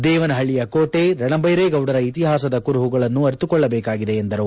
ದೇವನಹಳ್ಳಯ ಕೋಟೆ ರಣಬೈರೇಗೌಡರ ಇತಿಹಾಸದ ಕುರುಹುಗಳನ್ನು ಅರಿತುಕೊಳ್ಳಬೇಕಿದೆ ಎಂದರು